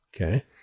Okay